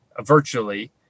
virtually